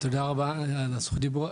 תודה רבה על זכות הדיבור.